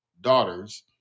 daughters